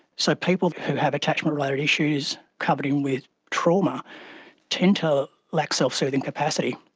so people who have attachment related issues coupled in with trauma tend to lack self-soothing capacity.